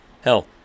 Hell